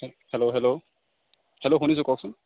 hello hello hello শুনিছোঁ কওকচোন